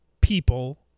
people